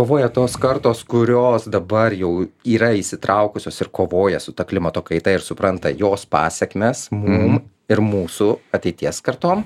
kovoja tos kartos kurios dabar jau yra įsitraukusios ir kovoja su ta klimato kaita ir supranta jos pasekmes mum ir mūsų ateities kartom